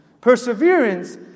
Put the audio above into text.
Perseverance